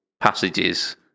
passages